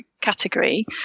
category